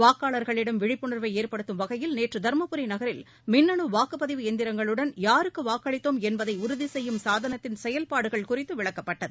வாக்காளர்களிடம் விழிப்புணர்வை ஏற்படுத்தும் வகையில் நேற்று தருமபுரி நகரில் மின்னனு வாக்குப்பதிவு எந்திரங்களுடன் யாருக்கு வாக்களித்தோம் என்பதை உறுதி செய்யும் சாதனத்தின் செயல்பாடுகள் குறித்து விளக்கப்பட்டது